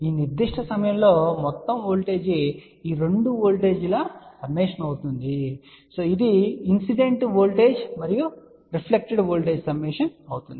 ఈ నిర్దిష్ట సమయంలో మొత్తం వోల్టేజ్ ఈ రెండు వోల్టేజ్ల సమ్మేషన్ అవుతుంది ఇది ఇన్సిడెంట్ వోల్టేజ్ మరియు రిఫ్లెక్టెడ్ వోల్టేజ్ సమ్మేషన్ అవుతుంది